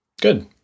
Good